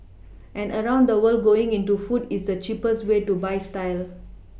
and around the world going into food is the cheapest way to buy style